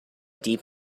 deep